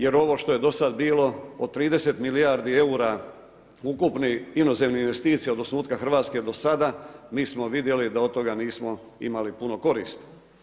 Jer ovo što je do sada bilo od 30 milijardi eura, ukupni inozemnih investicija od osnutka Hrvatske do sada, mi smo vidjeli da od toga nismo imali puno koristi.